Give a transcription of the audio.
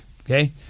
okay